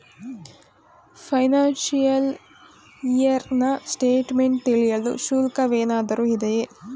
Financial year ನ statement ತಿಳಿಯಲು ಶುಲ್ಕವೇನಾದರೂ ಇದೆಯೇ?